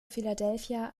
philadelphia